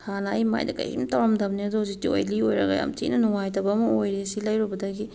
ꯍꯥꯟꯅ ꯑꯩ ꯃꯥꯏꯗ ꯀꯔꯤꯝ ꯇꯧꯔꯝꯗꯕꯅꯦ ꯑꯗꯣ ꯍꯧꯖꯤꯛꯇꯤ ꯑꯣꯏꯂꯤ ꯑꯣꯏꯔꯒ ꯌꯥꯝ ꯊꯤꯅ ꯅꯨꯡꯉꯥꯏꯇꯕ ꯑꯃ ꯑꯣꯏꯔꯦ ꯁꯤ ꯂꯩꯔꯨꯕꯗꯒꯤ